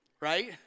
right